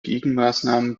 gegenmaßnahmen